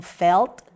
felt